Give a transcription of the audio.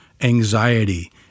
anxiety